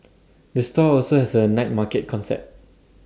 the store also has A night market concept